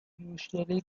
usually